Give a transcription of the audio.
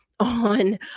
on